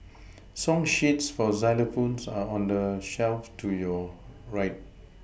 song sheets for xylophones are on the shelf to your right